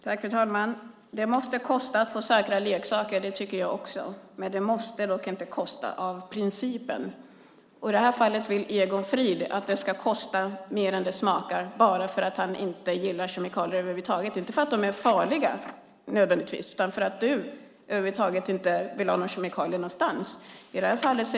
Fru talman! Det måste kosta att få säkra leksaker. Det tycker jag också, men det måste dock inte kosta av princip. I det här fallet vill Egon Frid att det ska kosta mer än det smakar bara för att han inte gillar kemikalier över huvud taget. Det handlar inte nödvändigtvis om att de är farliga utan om att han inte vill ha några kemikalier någonstans över huvud taget.